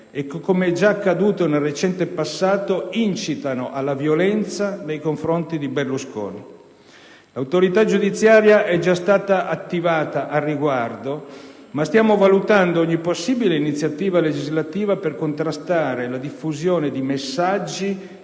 che, come è già accaduto nel recente passato, incitano alla violenza nei confronti di Berlusconi. L'autorità giudiziaria è già stata attivata al riguardo, ma stiamo valutando ogni possibile iniziativa legislativa per contrastare la diffusione di messaggi